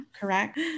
Correct